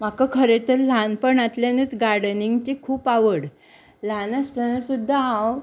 म्हाका खरें तर ल्हानपणांतल्यानूच गार्डनींगची खूब आवड ल्हान आसताना सुद्दां हांव